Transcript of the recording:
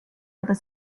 other